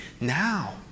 now